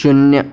शून्य